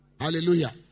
Hallelujah